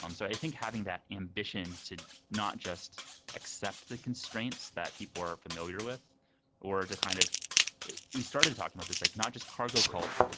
um so i think having that ambition to not just accept the constraints that people are familiar with or to kind of we started talking about this, like not just cargo cult.